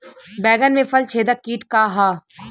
बैंगन में फल छेदक किट का ह?